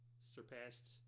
surpassed